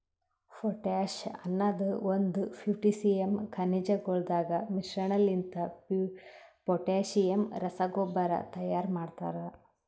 potash ಅನದ್ ಒಂದು potassium ಖನಿಜಗೊಳದಾಗ್ ಮಿಶ್ರಣಲಿಂತ ಪೊಟ್ಯಾಸಿಯಮ್ ರಸಗೊಬ್ಬರ ತೈಯಾರ್ ಮಾಡ್ತರ